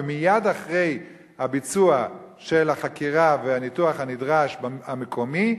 ומייד אחרי הביצוע של החקירה והניתוח הנדרש המקומי,